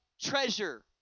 treasure